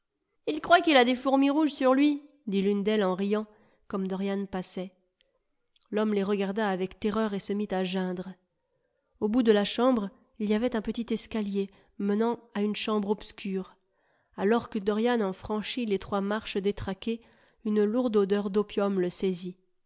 il croit qu'il a des fourmis rouges sur lui dit l'une d'elles en riant comme dorian passait l'homme les regarda avec terreur et se mit à geindre au bout de la chambre il y avait un petit escalier menant à une chambre obscure alors que dorian en franchit les trois marches détraquées une lourde odeur d'opium le saisit